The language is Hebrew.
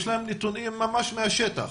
יש להם נתונים ממש מהשטח